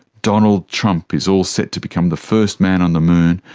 donald trump is all set to become the first man on the moon,